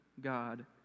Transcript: God